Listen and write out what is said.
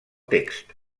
text